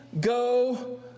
go